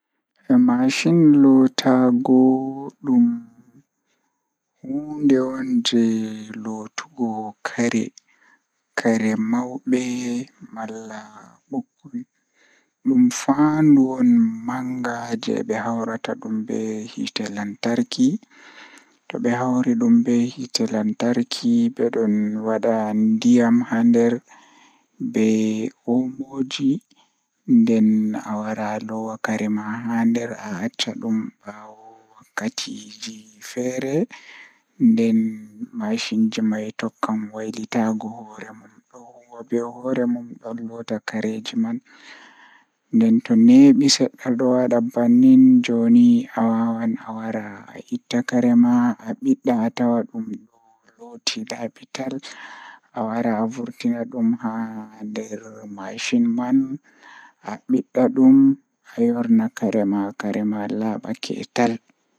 Maɗɗo, máyusinii hoɗndeɗ ɗum kaɓɓitorde njamaaji laawol ko nguuɗe ngal ko njamaaji rewɓe ngal ngal. Máyusinii ngal rewɓe sabu rewɓe fiyaangu e faya ngal.